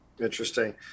Interesting